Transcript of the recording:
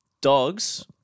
dogs